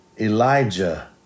Elijah